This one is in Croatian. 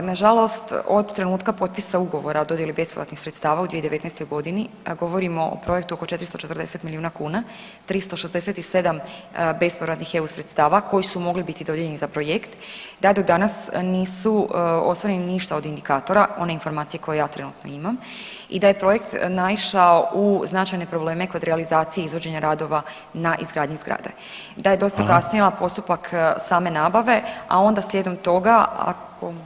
Nažalost od trenutka potpisa ugovora o dodjeli bespovratnih sredstava u 2019. godini, govorimo o projektu oko 440 milijuna kuna, 367 bespovratnih eu sredstava koji su mogli biti dodijeljeni za projekt da do danas nisu ostvareni ništa od indikatora, one informacije koje ja trenutno imam i da je projekt naišao u značajne probleme kod realizacije izvođenja radova na izgradnji zgrade, [[Upadica: Hvala]] da je dosta kasnio postupak same nabave, a onda slijedom toga, ako mogu završit.